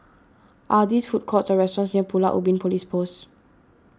are these food courts or restaurants near Pulau Ubin Police Post